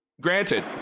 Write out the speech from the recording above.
Granted